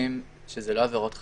לא עבירות חניה,